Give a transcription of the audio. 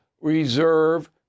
reserve